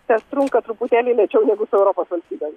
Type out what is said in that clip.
tas trunka truputėlį lėčiau negu su europos valstybėmis